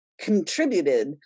contributed